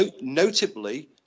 Notably